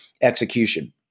execution